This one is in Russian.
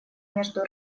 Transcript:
между